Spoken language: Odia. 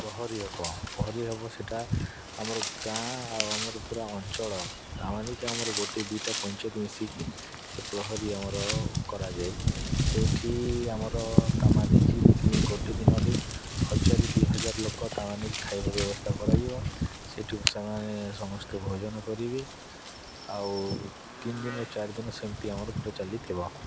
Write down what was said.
ପ୍ରହରୀ ହେବ ପ୍ରହରୀ ହେବ ସେଟା ଆମର ଗାଁ ଆଉ ଆମର ପୁରା ଅଞ୍ଚଳ ତା ମାନେ କି ଆମର ଗୋଟେ ଦୁଇଟା ପଞ୍ଚାୟତ ମିଶିକି ସେ ପ୍ରହରୀ ଆମର କରାଯାଏ ସେଠି ଆମର ତା ମାନେ କି ଗୋଟେ ଦିନରେ ହଜାରେ ଦୁଇ ହଜାର ଲୋକ ତା ମାନେ କି ଖାଇବା ବ୍ୟବସ୍ଥା କରାଯିବ ସେଠୁ ସେମାନେ ସମସ୍ତେ ଭୋଜନ କରିବେ ଆଉ ତିନି ଦିନ ଚାରି ଦିନ ସେମିତି ଆମର ପୁରା ଚାଲିଥିବ